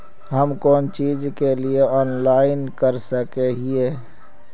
हम कोन चीज के लिए ऑनलाइन कर सके हिये?